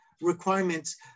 requirements